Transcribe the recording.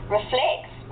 reflects